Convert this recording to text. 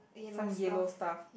some yellow stuff